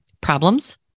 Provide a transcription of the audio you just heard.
Problems